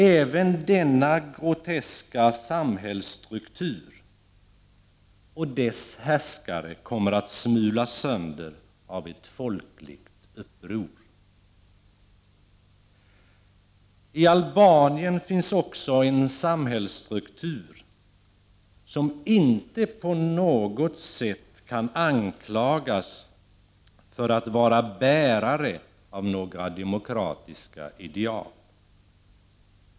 Även denna groteska samhällsstruktur och dess härskare kommer att smulas sönder av ett folkligt uppror. I Albanien finns också en samhällsstruktur som inte på något sätt kan anklagas för att vara bärare av några demokratiska ideal.